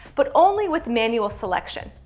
but only with manual selection.